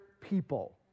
people